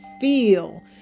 feel